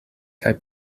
kaj